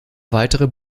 weitere